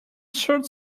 should